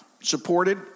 supported